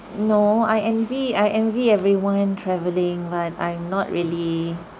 no I envy I envy everyone travelling but I'm not really